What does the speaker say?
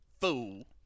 fool